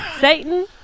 Satan